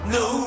no